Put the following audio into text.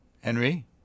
Henry